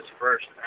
first